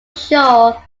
show